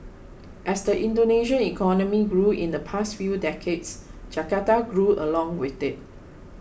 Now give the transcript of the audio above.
as the Indonesian economy grew in the past few decades Jakarta grew along with it